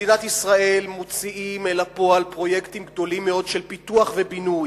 שבמדינת ישראל מוציאים אל הפועל פרויקטים גדולים מאוד של פיתוח ובינוי,